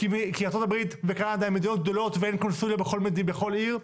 כי ארצות הברית וקנדה הן מדינות גדולות ואין קונסוליה בכל עיר,